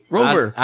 Rover